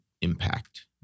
impact